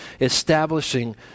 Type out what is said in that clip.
establishing